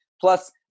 Plus